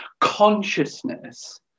consciousness